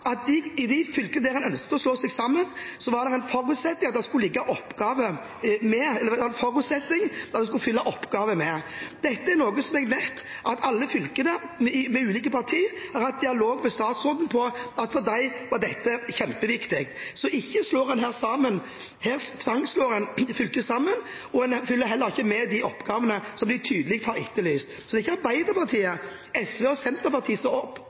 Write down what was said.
i de fylkene der en ønsker å slå seg sammen, var det en forutsetning at det skulle følge oppgaver med. Dette er noe som jeg vet at alle fylkene, med ulike partier, har hatt dialog med statsråden om at for dem er dette kjempeviktig. Her tvangsslår man fylker sammen, og de oppgavene som tydelig er etterlyst, følger ikke med. Det er ikke Arbeiderpartiet, SV og Senterpartiet som etterlyser oppgavene. Det er folket der ute som etterlyser oppgavene. Det er de som skal sitte og